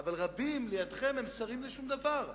אבל רבים לידכם הם שרים לשום דבר.